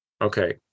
Okay